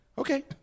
Okay